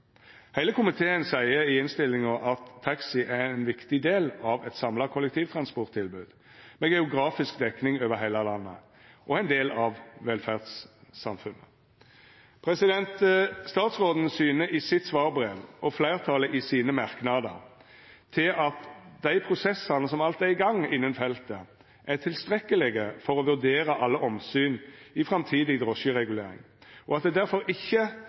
Heile komiteen seier i innstillinga at taxi er ein viktig del av eit samla kollektivtransporttilbod, med geografisk dekning over heile landet, og ein del av velferdssamfunnet. Statsråden syner i svarbrevet sitt – og fleirtalet i merknadene sine – til at dei prosessane som alt er i gang innan feltet, er tilstrekkelege for å vurdera alle omsyna i framtidig drosjeregulering, og at det difor ikkje er